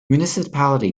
municipality